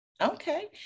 Okay